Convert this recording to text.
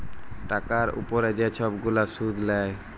টাকার উপরে যে ছব গুলা সুদ লেয়